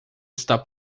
está